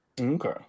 Okay